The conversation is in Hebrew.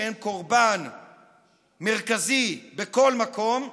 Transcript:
שהן קורבן מרכזי בכל מקום,